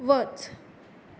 वच